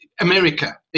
America